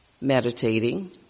meditating